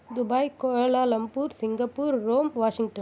Dubai Kuala Lumpur Singapore Rome Washington